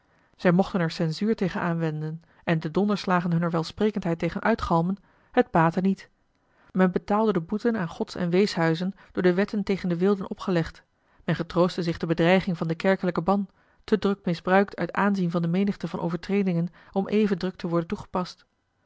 zij mochten er censuur tegen aanwenden en de donderslagen hunner welsprekendheid tegen uitgalmen het baatte niet men betaalde de boeten aan gods en weeshuizen door de wetten tegen de weelde opgelegd men getroostte zich de bedreiging van den kerkelijken ban te druk misbruikt uit aanzien van de menigte van overtredingen om even druk te worden toegepast